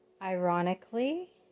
Ironically